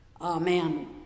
amen